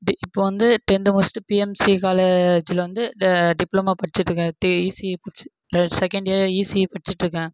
இப்போ வந்து டென்த் முடித்துட்டு பிஎம்சி காலேஜில் வந்து டிப்ளமோ படிச்சிட்டிருக்கேன் இசி முடித்து செகண்ட் இயர் இசிஎ படிச்சிட்டிருக்கேன்